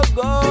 go